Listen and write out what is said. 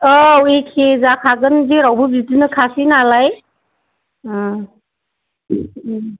औ एखे जाखागोन जेराव बिदिनोखासै नालाय